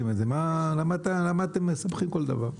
למה אתם מסבכים כל דבר?